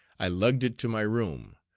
i lugged it to my room,